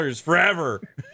forever